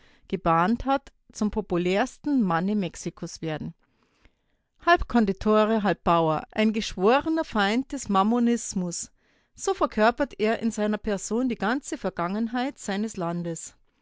gebahnt hat zum populärsten manne mexikos werden halb kondottiere halb bauer ein geschworener feind des mammonismus so verkörpert er in seiner person die ganze vergangenheit seines landes